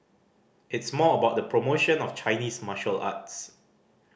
it's more about the promotion of Chinese martial arts